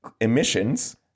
emissions